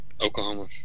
Oklahoma